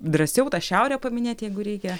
drąsiau tą šiaurę paminėt jeigu reikia